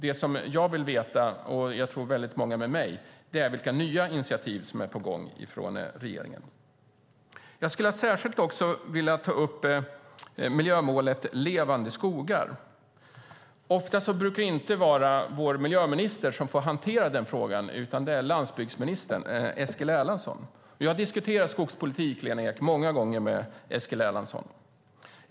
Det jag och många med mig vill veta är vilka nya initiativ som är på gång från regeringen. Jag skulle särskilt vilja ta upp miljömålet Levande skogar. Ofta brukar det inte vara vår miljöminister som hanterar den frågan utan landsbygdsminister Eskil Erlandsson. Jag har diskuterat skogspolitik, Lena Ek, många gånger med Eskil Erlandsson.